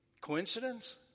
Coincidence